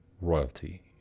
royalty